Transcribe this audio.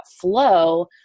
flow